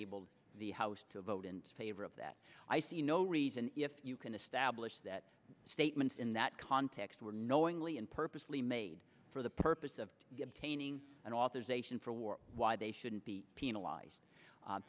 enabled the house to vote in favor of that i see no reason if you can establish that statements in that context were knowingly and purposely made for the purpose of get training and authorization for war why they shouldn't be penalized